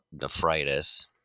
nephritis